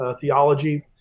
theology